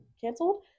Canceled